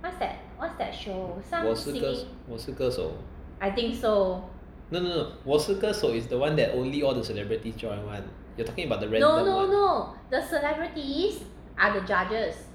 我是歌手我是歌手 no no no 我是歌手 is the one that only all the celebrities join [one]